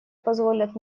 позволят